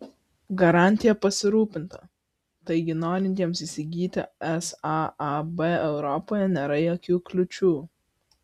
garantija pasirūpinta taigi norintiems įsigyti saab europoje nėra jokių kliūčių